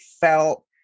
felt